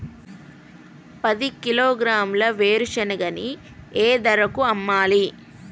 పది కిలోగ్రాముల వేరుశనగని ఏ ధరకు అమ్మాలి?